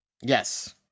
Yes